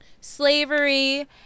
slavery